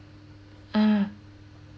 ah